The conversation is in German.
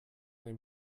dem